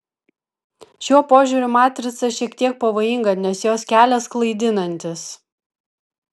šiuo požiūriu matrica šiek tiek pavojinga nes jos kelias klaidinantis